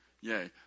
yay